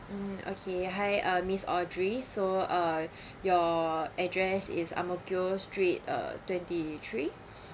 mm okay hi uh miss audrey so uh your address is ang mo kio street uh twenty three